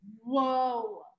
whoa